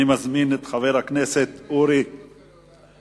אני מזמין את חבר הכנסת אורי אריאל.